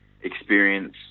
experience